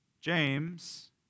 James